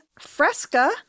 fresca